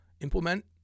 implement